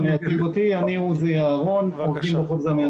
אני עוזי אהרון, עורך דין בוקובזה מייצג אותי.